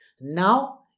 Now